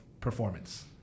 performance